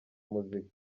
muzika